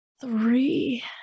Three